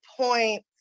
point